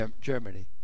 Germany